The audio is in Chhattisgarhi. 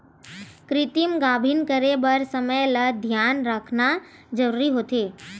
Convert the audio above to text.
कृतिम गाभिन करे बर समे ल धियान राखना जरूरी होथे